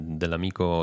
dell'amico